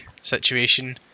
situation